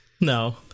No